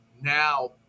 now